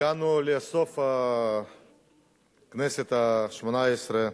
הגענו לסוף הכנסת השמונה-עשרה,